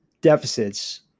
deficits